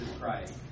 Christ